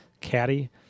caddy